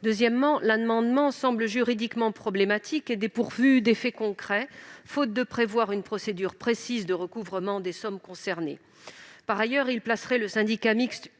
Deuxièmement, l'amendement semble juridiquement problématique et dépourvu d'effets concrets, faute de prévoir une procédure précise de recouvrement des sommes concernées. Par ailleurs, une telle disposition placerait le syndicat mixte